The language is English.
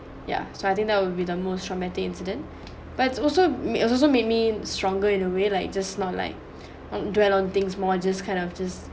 ya so I think that would be the most traumatic incident but it's also may also made me stronger in a way like just not like dwell on things more just kind of just